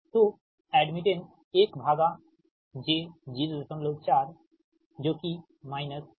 तो एड्मिटेंस 1 भागा j 04 जो कि माइनस j 025 है